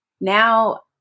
now